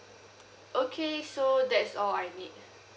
okay so that's all I need